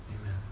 Amen